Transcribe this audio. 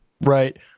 Right